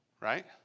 right